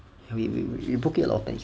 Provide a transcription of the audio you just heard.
ya we we we broke it a lot of times